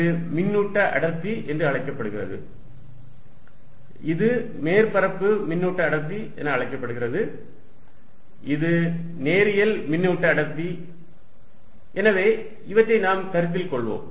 இது மின்னூட்ட அடர்த்தி என்று அழைக்கப்படுகிறது இது மேற்பரப்பு மின்னூட்ட அடர்த்தி என்று அழைக்கப்படுகிறது இது நேரியல் மின்னூட்ட அடர்த்தி எனவே இவற்றை நாம் கருத்தில் கொள்வோம்